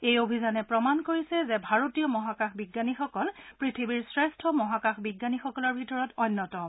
এই অভিযানে প্ৰমাণ কৰিছে যে ভাৰতীয় মহাকাশ বিজ্ঞানীসকল পৃথিৱীৰ শ্ৰেষ্ঠ মহাকাশ বিজ্ঞানীসকলৰ ভিতৰত অন্যতম